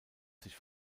sich